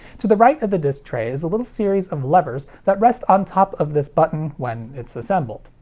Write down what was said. to the right of the disc tray is a little series of levers that rest on top of this button when it's assembled.